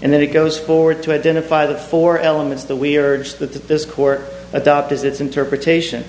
and then it goes forward to identify the four elements that we are just that this court adopt is its interpretation